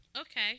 okay